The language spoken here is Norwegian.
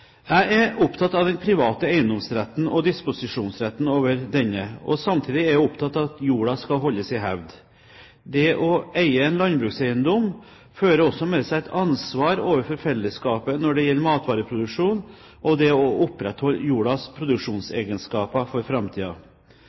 Jeg er opptatt av den private eiendomsretten og disposisjonsretten over denne, og samtidig er jeg opptatt av at jorda skal holdes i hevd. Det å eie en landbrukseiendom fører også med seg et ansvar overfor fellesskapet når det gjelder matvareproduksjon og det å opprettholde jordas produksjonsegenskaper for